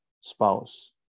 spouse